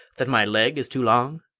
that my leg is too long?